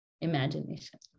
imagination